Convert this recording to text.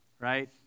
right